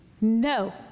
No